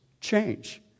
change